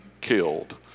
killed